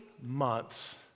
months